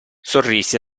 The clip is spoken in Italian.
sorrise